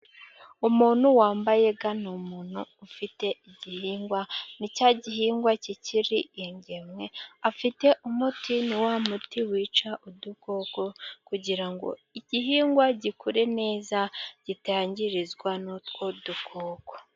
Umuntu wambaye ga, ni umuntu ufite igihingwa. Ni cya gihingwa kikiri ingemwe, afite umuti, ni wa muti wica udukoko kugira ngo igihingwa gikure neza kitangirizwa n'utwo dukoko.